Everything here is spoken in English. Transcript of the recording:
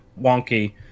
wonky